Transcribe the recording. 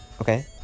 Okay